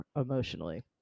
Emotionally